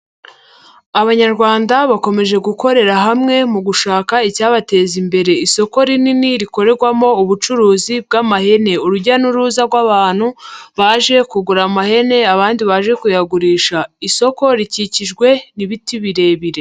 Abanyarwanda bakomeje gukorera hamwe mu gushaka icyabateza imbere, isoko rinini rikorerwamo ubucuruzi bw'amahene, urujya n'uruza rw'abantu baje kugura amahene abandi baje kuyagurisha, isoko rikikijwe n'ibiti birebire.